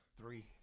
three